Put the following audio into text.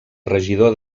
regidor